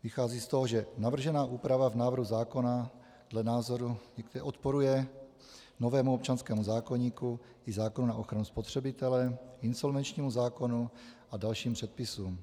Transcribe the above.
Vychází z toho, že navržená úprava v návrhu zákona dle názoru neodporuje novému občanskému zákoníku i zákonu na ochranu spotřebitele, insolvenčnímu zákonu a dalším předpisům.